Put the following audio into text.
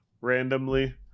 randomly